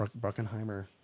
Bruckenheimer